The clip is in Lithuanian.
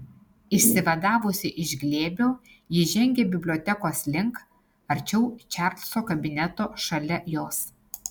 išsivadavusi iš glėbio ji žengė bibliotekos link arčiau čarlzo kabineto šalia jos